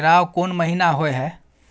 केराव कोन महीना होय हय?